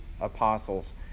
apostles